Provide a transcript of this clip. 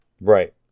right